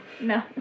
No